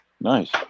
Nice